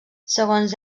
segons